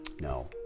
No